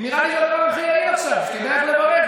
נראה לי הדבר הכי יעיל עכשיו שתדע איך לברך.